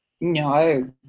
No